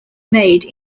made